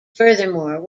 furthermore